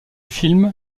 film